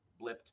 blipped